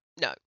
No